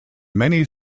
many